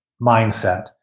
mindset